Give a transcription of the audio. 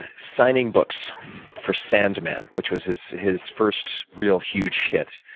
signing books for sandman, which was his his first real huge hit,